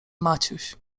maciuś